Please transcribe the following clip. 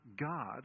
God